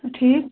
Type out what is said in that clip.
ٹھیٖک